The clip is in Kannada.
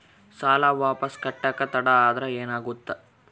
ಸಾಲ ವಾಪಸ್ ಕಟ್ಟಕ ತಡ ಆದ್ರ ಏನಾಗುತ್ತ?